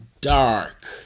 dark